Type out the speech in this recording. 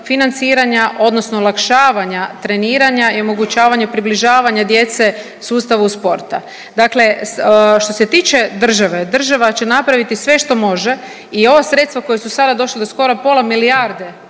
financiranja odnosno olakšavanja treniranja i omogućavanju približavanja djece sustavu sport. Dakle, što se tiče države, država će napraviti sve što može i ova sredstva koja su sada došla do skoro pola milijarde